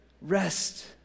Rest